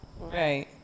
Right